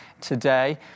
today